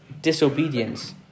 disobedience